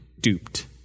duped